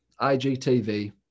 IGTV